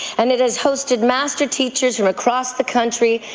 and it has hosted master teachers from across the country,